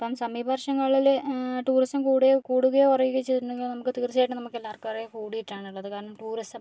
ഇപ്പം സമീപ വർഷങ്ങളിൽ ടൂറിസം കൂടയോ കൂടുകയോ കുറയുകയോ ചെയ്തിട്ടുണ്ടെങ്കിൽ നമുക്ക് തീർച്ചയായിട്ടും നമുക്ക് എല്ലാവർക്കും അറിയാം കൂടിയിട്ടാണ് ഉള്ളത് കാരണം ടൂറിസം